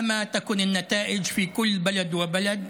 לא משנה מה יהיו התוצאות בכל יישוב ויישוב,